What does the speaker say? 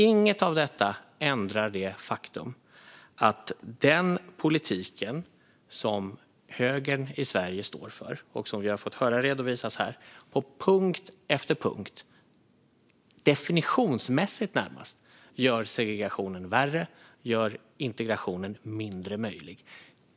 Inget av detta ändrar det faktum att den politik som högern i Sverige står för och som har redovisats här på punkt efter punkt, närmast definitionsmässigt, gör segregationen värre och gör integrationen mindre möjlig.